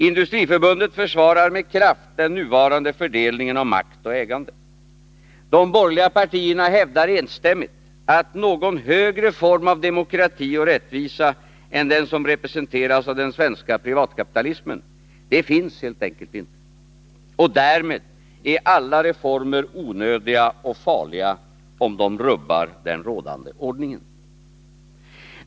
Industriförbundet försvarar med kraft den nuvarande fördelningen av makt och ägande. De borgerliga partierna hävdar enstämmigt att någon högre form av demokrati och rättvisa än den som representeras av den svenska privatkapitalismen helt enkelt inte finns. Och därmed är alla reformer onödiga och farliga, om de rubbar den rådande ordningen.